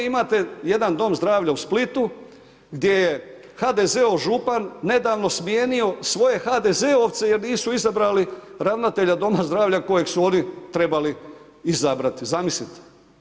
Dole imate jedan dom zdravlja u Splitu gdje je HDZ-ov župan nedavno smijenio svoje HDZ-ovce jer nisu izabrali ravnatelja doma zdravlja kojeg su oni trebali izabrati, zamislite.